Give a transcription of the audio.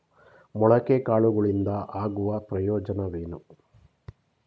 ಮೊಳಕೆ ಕಾಳುಗಳಿಂದ ಆಗುವ ಪ್ರಯೋಜನವೇನು?